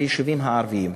ביישובים הערביים.